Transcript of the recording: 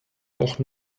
auch